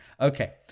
okay